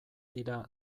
dira